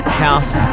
house